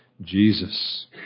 Jesus